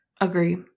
Agree